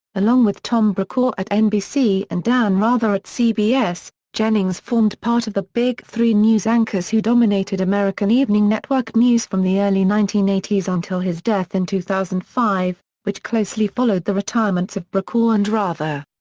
along with tom brokaw at nbc and dan rather at cbs, jennings formed part of the big three news anchors who dominated american evening network news from the early nineteen eighty s until his death in two thousand and five, which closely followed the retirements of brokaw and rather.